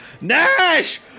Nash